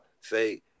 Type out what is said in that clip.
say